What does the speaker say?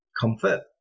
comfort